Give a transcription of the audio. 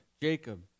Jacob